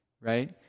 right